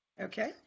Okay